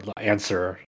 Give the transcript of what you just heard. answer